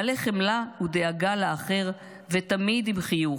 מלא חמלה ודאגה לאחר ותמיד עם חיוך.